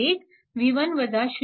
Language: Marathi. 8 2